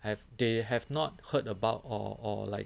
have they have not heard about or or like